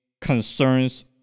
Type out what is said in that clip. concerns